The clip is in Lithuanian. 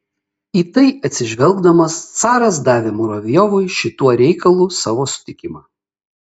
į tai atsižvelgdamas caras davė muravjovui šituo reikalu savo sutikimą